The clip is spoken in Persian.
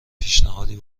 پیشنهادی